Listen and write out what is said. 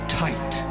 tight